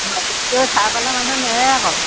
খাই পেলাই মানুহ নেৰে আকৌ